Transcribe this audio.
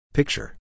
Picture